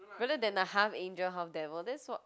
rather than a half angel half devil that's what